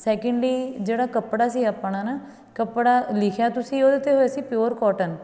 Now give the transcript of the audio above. secondly ਜਿਹੜਾ ਕੱਪੜਾ ਸੀ ਆਪਣਾ ਨਾ ਕੱਪੜਾ ਲਿਖਿਆ ਤੁਸੀਂ ਉਹਦੇ 'ਤੇ ਹੋਇਆ ਸੀ ਪਿਓਰ ਕੋਟਨ